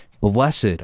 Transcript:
Blessed